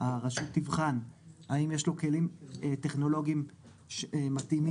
הרשות תבחן האם יש לו כלים טכנולוגיים מתאימים